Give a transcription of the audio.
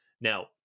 Now